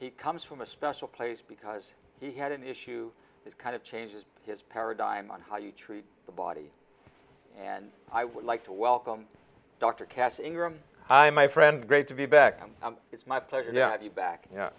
he comes from a special place because he had an issue this kind of changes his paradigm on how you treat the body and i would like to welcome dr kass ingram i my friend great to be back home it's my pleasure now have you back y